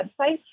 website